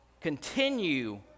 continue